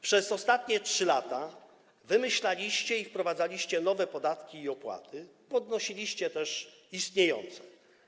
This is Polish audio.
Przez ostatnie 3 lata wymyślaliście i wprowadzaliście nowe podatki i opłaty, podnosiliście też istniejące.